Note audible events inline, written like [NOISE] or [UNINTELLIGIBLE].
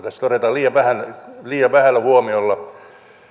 [UNINTELLIGIBLE] tässä todetaan liian vähällä huomiolla